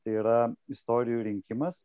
tai yra istorijų rinkimas